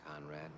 Conrad